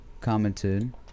commented